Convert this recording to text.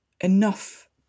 enough